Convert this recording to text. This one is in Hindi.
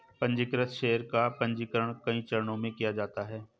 पन्जीकृत शेयर का पन्जीकरण कई चरणों में किया जाता है